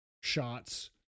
shots